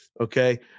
okay